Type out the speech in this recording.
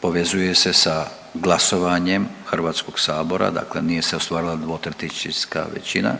povezuje se sa glasovanjem Hrvatskog sabora, dakle nije se ostvarila 2/3 većina